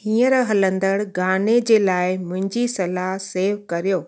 हीअंर हलंदड़ु गाने जे लाइ मुंहिंजी सलाहु सेव करियो